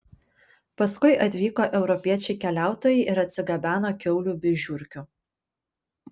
paskui atvyko europiečiai keliautojai ir atsigabeno kiaulių bei žiurkių